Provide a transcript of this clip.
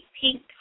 pink